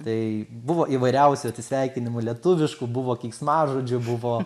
tai buvo įvairiausių atsisveikinimų lietuviškų buvo keiksmažodžių buvo